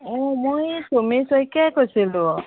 অ' মই এই চুমি শইকীয়াই কৈছিলো